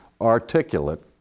articulate